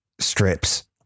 strips